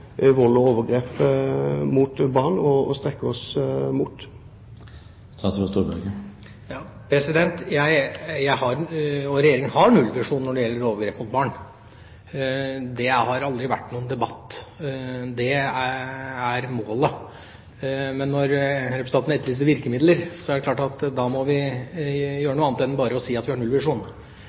overgrep mot barn, det har aldri vært noen debatt – det er målet. Men når representanten etterlyser virkemidler, er det klart at da må vi gjøre noe annet enn bare å si at vi har